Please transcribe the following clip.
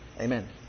Amen